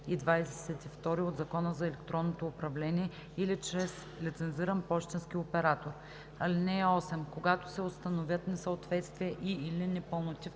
и 22 от Закона за електронното управление или чрез лицензиран пощенски оператор. (14) Когато се установят несъответствия и/или непълноти в